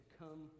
come